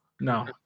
No